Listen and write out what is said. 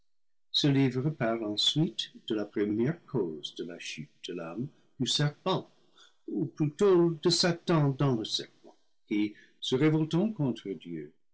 ce livre parle ensuite de la première cause de la chute de l'homme du serpent ou plutôt de satan dans le serpent qui se révoltant contre dieu